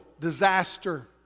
disaster